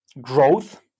growth